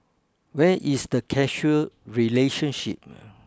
where is the casual relationship